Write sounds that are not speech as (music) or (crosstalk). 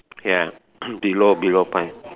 ya (coughs) below below